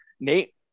Nate